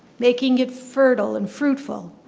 making it fertile and fruitful,